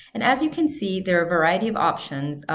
and as you can see, there are a variety of options,